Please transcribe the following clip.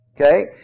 Okay